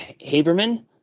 Haberman